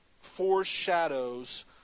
foreshadows